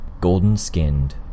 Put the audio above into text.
golden-skinned